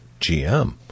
GM